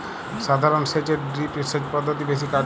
সাধারণ সেচ এর চেয়ে ড্রিপ সেচ পদ্ধতি বেশি কার্যকর